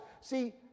See